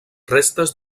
restes